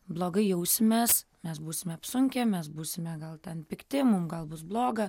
blogai jausimės mes būsime apsunkę mes būsime gal ten pikti mum gal bus bloga